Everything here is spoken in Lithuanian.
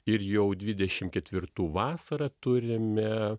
ir jau dvidešim ketvirtų vasarą turime